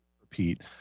repeat